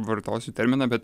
vartosiu terminą bet